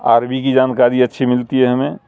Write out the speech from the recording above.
عربی کی جانکاری اچھی ملتی ہے ہمیں